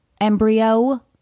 embryo